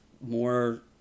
more